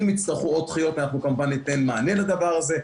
אם יצטרכו עוד דחיות אנחנו כמובן ניתן מענה לדבר הזה.